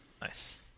Nice